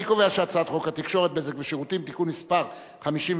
אני קובע כי חוק התקשורת (בזק ושידורים) (תיקון מס' 53),